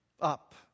up